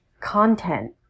content